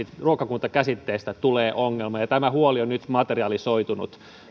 ruokakuntakäsitteestä tulee ongelma ja tämä huoli on nyt materialisoitunut